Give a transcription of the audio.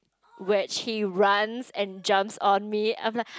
which he runs and jumps on me I'm like